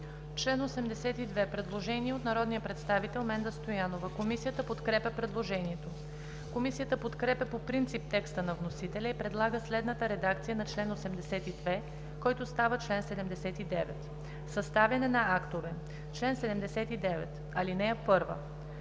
има предложение от народния представител Менда Стоянова. Комисията подкрепя предложението. Комисията подкрепя по принцип текста на вносителя и предлага следната редакция на чл. 43, който става чл. 42: „Изпълнение на решение за